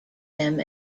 them